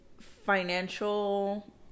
financial